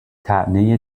طعنه